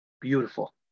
beautiful